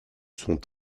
sont